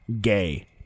gay